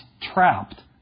trapped